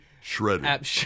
shredded